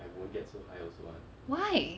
why